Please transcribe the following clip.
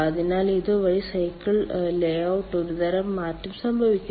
അതിനാൽ ഇതുവഴി സൈക്കിൾ ലേഔട്ടിൽ ഒരുതരം മാറ്റം സംഭവിക്കുന്നു